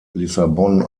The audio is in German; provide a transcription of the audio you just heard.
lissabon